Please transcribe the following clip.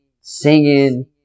singing